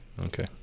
Okay